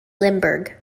lindberg